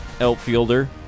outfielder